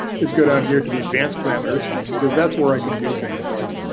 is go down here to the advanced parameters because that's where i can do things like